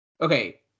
Okay